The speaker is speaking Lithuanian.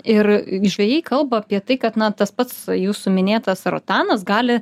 ir žvejai kalba apie tai kad na tas pats jūsų minėtas rotanas gali